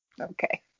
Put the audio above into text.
Okay